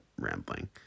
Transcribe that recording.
rambling